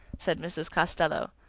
said mrs. costello.